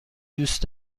دوست